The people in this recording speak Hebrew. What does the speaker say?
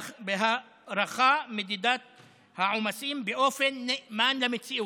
בהארכה, מדידת העומסים באופן נאמן למציאות.